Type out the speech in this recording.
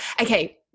Okay